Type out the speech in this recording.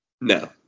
No